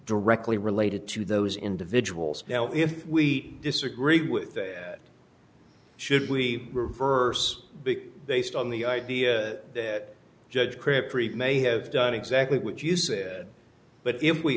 directly related to those individuals now if we disagree with that should we reverse big based on the idea that judge crip may have done exactly what you said but if we